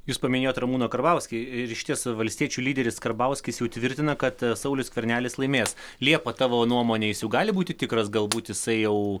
jūs paminėjot ramūną karbauskį ir iš ties valstiečių lyderis karbauskis jau tvirtina kad saulius skvernelis laimės liepa tavo nuomone jis jau gali būti tikras galbūt jisai jau